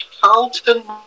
Carlton